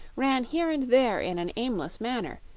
ran here and there in an aimless manner,